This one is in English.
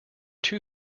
too